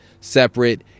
separate